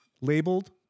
Labeled